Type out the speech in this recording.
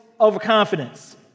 overconfidence